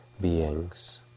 beings